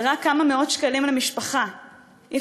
זה רק כמה מאות שקלים למשפחה,